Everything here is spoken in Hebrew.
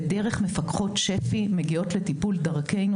ודרך מפקחות שפ"י מגיעות לטיפול דרכינו.